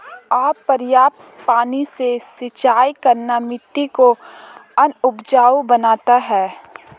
अपर्याप्त पानी से सिंचाई करना मिट्टी को अनउपजाऊ बनाता है